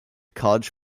college